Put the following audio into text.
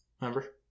Remember